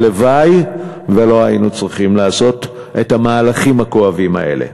הלוואי שלא היינו צריכים לעשות את המהלכים הכואבים האלה.